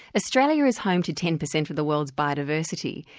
australia is home to ten percent of the world's biodiversity.